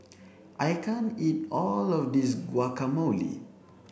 I can't eat all of this Guacamole